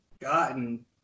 gotten